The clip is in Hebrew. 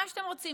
מה שאתם רוצים,